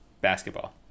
basketball